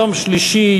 יום שלישי,